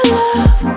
love